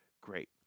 Great